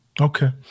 Okay